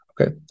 Okay